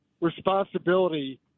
responsibility